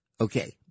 Okay